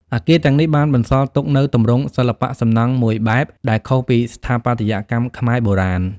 អគារទាំងនេះបានបន្សល់ទុកនូវទម្រង់សិល្បៈសំណង់មួយបែបដែលខុសពីស្ថាបត្យកម្មខ្មែរបុរាណ។